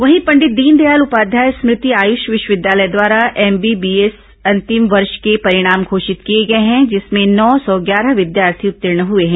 वहीं पंडित दीनदयाल उपाध्याय स्मृति आयुष विश्वविद्यालय द्वारा एमबीबीएस अंतिम वर्ष के परिणाम घोषित किए गए हैं जिसमें नौ सौ ग्यारह विद्यार्थी उत्तीण हुए हैं